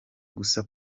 gusa